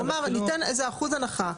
הוא אמר שניתן איזה אחוז הנחה,